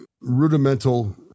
rudimental